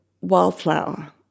wildflower